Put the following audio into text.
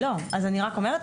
אני רק אומרת.